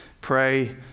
Pray